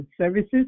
Services